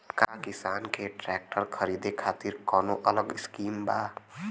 का किसान के ट्रैक्टर खरीदे खातिर कौनो अलग स्किम बा?